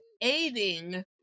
aiding